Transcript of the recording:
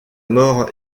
mort